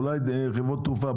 אולי חברות תעופה.